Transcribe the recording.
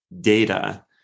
data